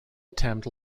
attempt